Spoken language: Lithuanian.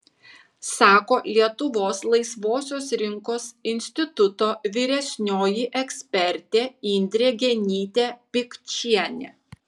sako lietuvos laisvosios rinkos instituto vyresnioji ekspertė indrė genytė pikčienė